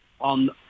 on